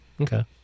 Okay